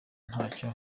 ntacyo